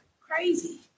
crazy